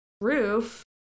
roof